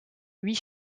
huit